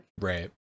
Right